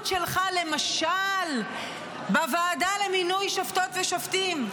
שלך למשל בוועדה למינוי שופטות ושופטים,